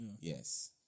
yes